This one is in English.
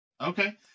Okay